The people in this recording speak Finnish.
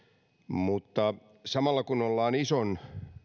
mutta samalla kun ollaan ison